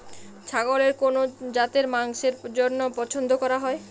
ছাগলের কোন জাতের মাংসের জন্য পছন্দ করা হয়?